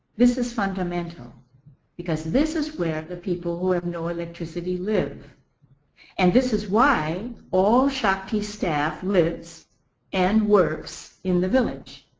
this is fundamental because this is where the people who have no electricity live and this is why all shakti staff lives and works in the village.